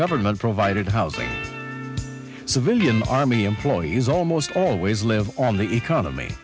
government provided housing civilian army employees almost always live on the economy